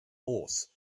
horse